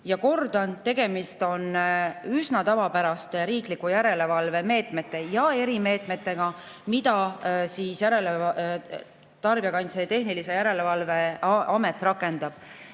Ma kordan, tegemist on üsna tavapäraste riikliku järelevalve meetmete ja erimeetmetega, mida Tarbijakaitse ja Tehnilise Järelevalve Amet rakendab.